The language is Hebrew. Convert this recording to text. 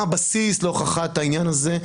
מה הבסיס להוכחת העניין הזה,